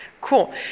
Cool